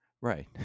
Right